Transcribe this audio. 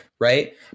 right